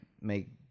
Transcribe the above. make